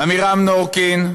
עמירם נורקין,